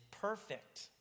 perfect